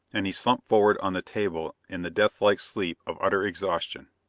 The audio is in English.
and he slumped forward on the table in the death-like sleep of utter exhaustion.